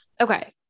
Okay